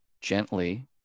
gently